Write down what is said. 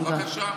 בבקשה.